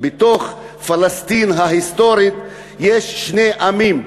בתוך פלסטין ההיסטורית יש שני עמים.